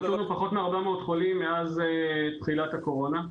הנתון הוא: פחות מ-400 חולים מאז תחילת הקורונה,